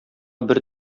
бер